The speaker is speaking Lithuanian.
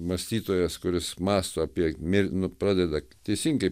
mąstytojas kuris mąsto apie mir nu pradeda teisingai